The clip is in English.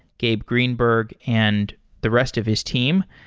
gabe greenberg, and the rest of his team.